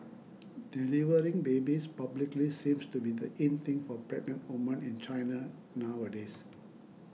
delivering babies publicly seems to be the in thing for pregnant women in China nowadays